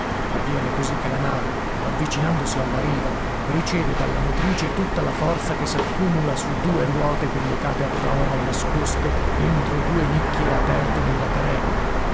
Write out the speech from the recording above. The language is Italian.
avviene così che la nave avvicinandosi alla riva riceve dalla motrice tutta la forza che s'accumula su due ruote collocate a prora e nascoste entro due nicchie aperte nella carena